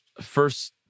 first